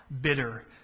bitter